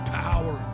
power